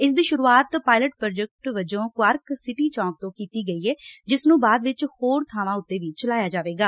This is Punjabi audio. ਇਸ ਦੀ ਸ਼ੁਰੁਆਤ ਚ ਪਾਇਲਟ ਪੁਾਜੈਕਟ ਵਜੋ ਕੁਆਰਕ ਸਿਟੀ ਚੌਕ ਤੋ ਕੀਤੀ ਗਈ ਏ ਜਿਸ ਨੁੰ ਬਾਅਦ ਵਿੱਚ ਹੋਰ ਬਾਵਾਂ ਉਤੇ ਵੀ ਚਲਾਇਆ ਜਾਵੇਗਾ